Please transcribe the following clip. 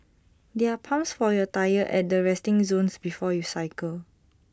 there are pumps for your tyres at the resting zones before you cycle